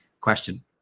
question